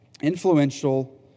influential